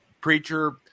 preacher